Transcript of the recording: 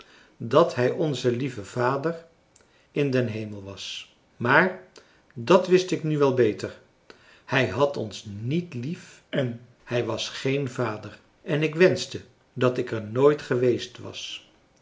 dat hij onze lieve vader in den hemel was maar dat wist ik nu wel beter hij had ons niet lief en hij was geen vader en ik wenschte dat ik er nooit geweest was